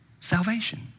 salvation